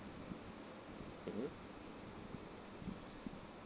mmhmm